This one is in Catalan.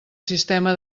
sistema